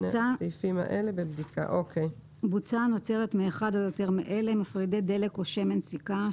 שמן" - בוצה הנוצרת מאחד או יותר מאלה: מפרידי דלק או שמן סיכה,